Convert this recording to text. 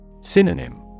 Synonym